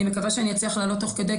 אני מקווה שאני אצליח להעלות תוך כדי,